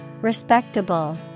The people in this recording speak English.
Respectable